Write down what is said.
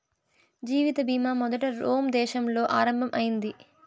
జీవిత బీమా మొదట రోమ్ దేశంలో ఆరంభం అయింది